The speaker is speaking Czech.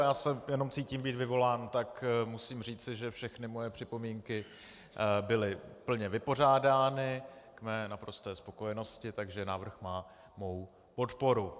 Já se jenom cítím být vyvolán, tak musím říci, že všechny moje připomínky byly plně vypořádány k mé naprosté spokojenosti, takže návrh má mou podporu.